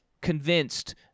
convinced